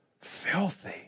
filthy